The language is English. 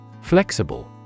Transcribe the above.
Flexible